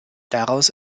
daraus